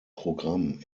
programm